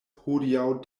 hodiaŭ